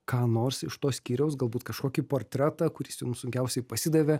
ką nors iš to skyriaus galbūt kažkokį portretą kuris jums sunkiausiai pasidavė